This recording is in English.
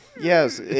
Yes